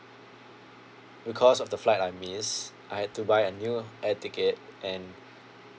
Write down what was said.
because of the flight I missed I had to buy a new air ticket and